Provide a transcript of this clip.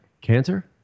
Cancer